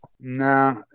Nah